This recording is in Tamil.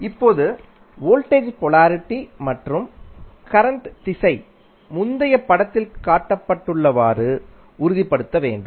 இப்போது வோல்டேஜ் போலாரிட்டி மற்றும் கரண்ட் திசை முந்தைய படத்தில் காட்டப்பட்டுள்ளவாறு உறுதிப்படுத்த வேண்டும்